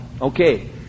Okay